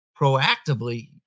proactively